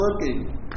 working